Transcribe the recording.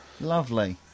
lovely